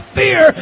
fear